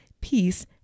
peace